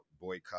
boycott